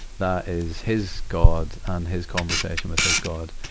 that is his god and his conversation with his god,